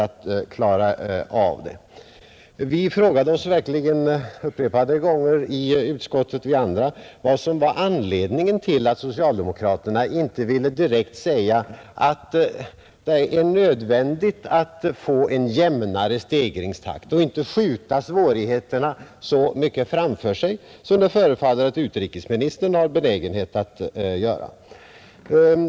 Vi andra i utskottet frågade oss upprepade gånger om vad som var anledningen till att socialdemokraterna inte direkt ville säga att det var nödvändigt att få till stånd en jämnare stegringstakt och inte skjuta svårigheterna framför sig så mycket som det förefaller att utrikesministern har benägenhet att göra.